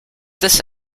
this